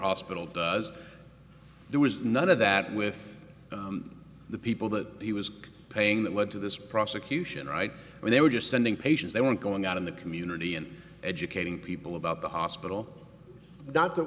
hospital does there was none of that with the people that he was paying that led to this prosecution right where they were just sending patients they want going out in the community and educating people about the hospital